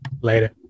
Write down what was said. Later